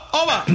over